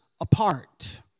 apart